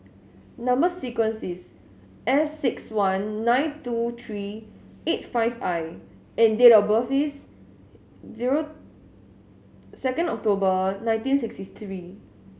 number sequence is S six one nine two three eight five I and date of birth is zero second October nineteen sixty three